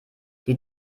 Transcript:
die